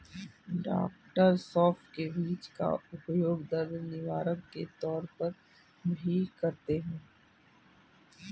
डॉ सौफ के बीज का उपयोग दर्द निवारक के तौर पर भी करते हैं